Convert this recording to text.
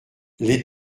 les